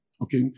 Okay